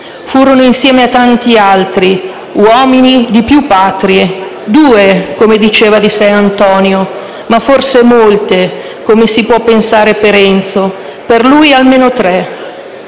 Furono, insieme a tanti altri, uomini di più Patrie, «due» come diceva di sé Antonio, ma forse molte, come si può pensare per Enzo: per cui almeno tre